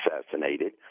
assassinated